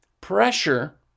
Pressure